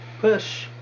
push